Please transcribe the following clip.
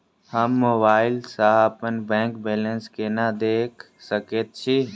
हम मोबाइल सा अपने बैंक बैलेंस केना देख सकैत छी?